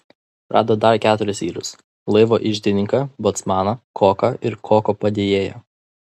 rado dar keturis vyrus laivo iždininką bocmaną koką ir koko padėjėją